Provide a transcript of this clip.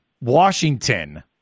Washington –